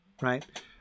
right